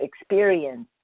experience